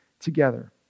together